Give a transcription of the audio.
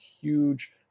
huge